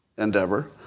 endeavor